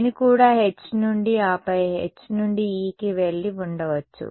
నేను కూడా H నుండి ఆపై H నుండి E కి వెళ్లి ఉండవచ్చు